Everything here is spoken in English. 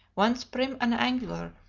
once prim and angular,